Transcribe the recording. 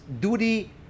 duty